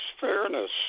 fairness